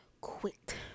quit